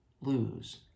lose